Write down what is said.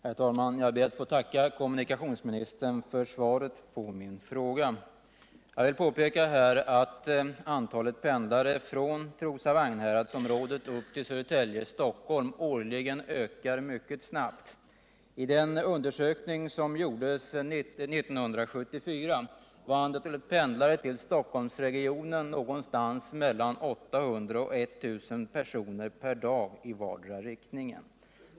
Herr talman! Jag ber att få tacka kommunikationsministern för svaret på min fråga. Jag vill påpeka att antalet pendlare från Trosa-Vagnhäradsområdet till Södertälje-Stockholmsområdet årligen ökar mycket snabbt. Enligt den undersökning som gjordes 1974 låg antalet pendlare till Stockholmsregionen någonstans mellan 800 och 1000 personer per dag i vardera riktningen.